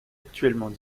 actuellement